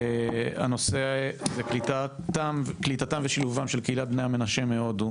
הנושא הוא קליטתם ושילובים של קהילת בני המנשה מהודו,